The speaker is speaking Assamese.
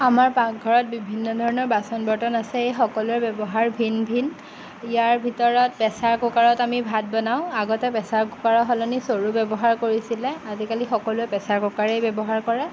আমাৰ পাকঘৰত বিভিন্ন ধৰণৰ বাচন বৰ্তন আছে এই সকলোৰে ব্যৱহাৰ ভিন ভিন ইয়াৰ ভিতৰত প্ৰেছাৰ কুকাৰত আমি ভাত বনাওঁ আগতে প্ৰেছাৰ কুকাৰৰ সলনি চৰু ব্যৱহাৰ কৰিছিলে আজিকালি সকলোৱে প্ৰেছাৰ কুকাৰেই ব্যৱহাৰ কৰে